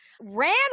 ran